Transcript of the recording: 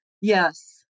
Yes